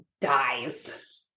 dies